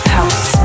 House